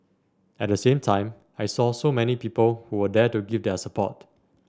at the same time I saw so many people who were there to give their support